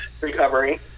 recovery